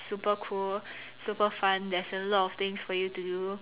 super cool super fun there's a lot of things for you to do